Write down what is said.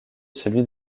celui